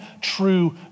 true